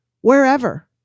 wherever